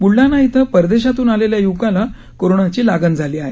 बुलडाणा श्विं परदेशातून आलेला युवकाला कोरोनाची लागण झाली आहे